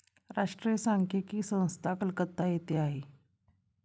राष्ट्रीय सांख्यिकी संस्था कलकत्ता येथे आहे